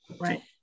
right